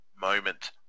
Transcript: moment